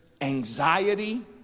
anxiety